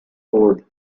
old